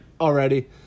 already